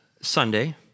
Sunday